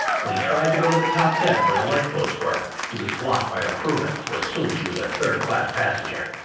when he tried to go to the top deck where the lifeboats were, he was blocked by a crewman, who assumed he was a third class passenger.